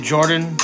Jordan